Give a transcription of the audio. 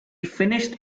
finished